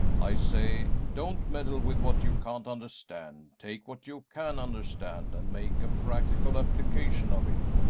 i say, don't meddle with what you can't understand take what you can understand and make a practical application of it.